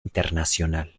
internacional